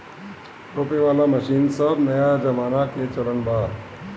रोपे वाला मशीन सब नया जमाना के चलन बा